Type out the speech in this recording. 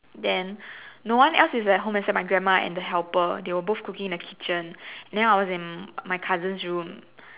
then no one else is at home except my grandma and the helper they were both cooking in the kitchen then I was in my cousin's room